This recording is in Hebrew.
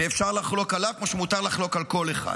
ואפשר לחלוק עליו כמו שמותר לחלוק על כל אחד.